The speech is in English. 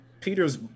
Peter's